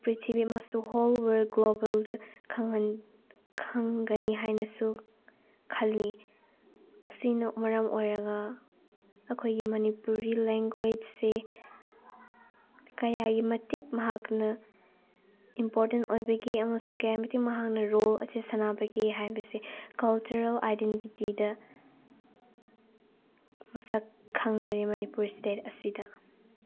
ꯄ꯭ꯔꯤꯊꯤꯕꯤ ꯑꯃꯁꯨꯡ whole world ꯒ꯭ꯂꯣꯕꯦꯜꯗ ꯈꯪꯒꯅꯤ ꯍꯥꯏꯅꯁꯨ ꯈꯜꯂꯤ ꯑꯁꯤꯅ ꯃꯔꯝ ꯑꯣꯏꯔꯒ ꯑꯩꯈꯣꯏꯒꯤ ꯃꯅꯤꯄꯨꯔꯤ ꯂꯦꯡꯒ꯭ꯋꯦꯁꯁꯤ ꯀꯌꯥꯒꯤ ꯃꯇꯤꯛ ꯃꯍꯥꯛꯅ ꯏꯝꯄꯣꯔꯇꯦꯟ ꯑꯣꯏꯕꯒꯦ ꯑꯃꯁꯨꯡ ꯀꯌꯥꯒꯤ ꯃꯇꯤꯛ ꯃꯍꯥꯛꯅ ꯔꯣꯜ ꯑꯁꯦ ꯁꯥꯟꯅꯕꯒꯦ ꯍꯥꯏꯕꯁꯦ ꯀꯜꯆꯔꯦꯜ ꯑꯥꯏꯗꯦꯟꯇꯤꯇꯤꯗ ꯃꯁꯛ ꯈꯪꯅꯔꯤ ꯃꯅꯤꯄꯨꯔ ꯏꯁꯇꯦꯠ ꯑꯁꯤꯗ